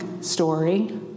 story